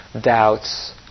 doubts